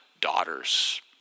daughters